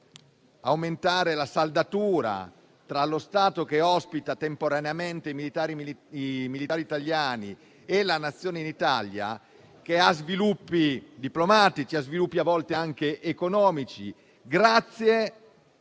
aumentano la saldatura tra lo Stato che ospita temporaneamente i militari italiani e l'Italia, che hanno sviluppi diplomatici, a volte anche economici, grazie